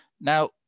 Now